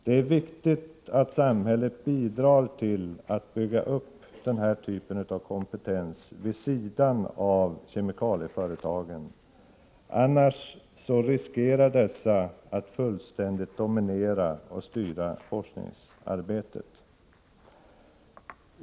Det är viktigt att samhället bidrar till att bygga upp denna typ av kompetens vid sidan av kemikalieföretagen. Annars riskerar dessa att fullständigt dominera och styra forskningsarbetet.